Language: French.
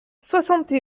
soixante